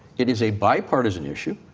it is a bipartisan issue.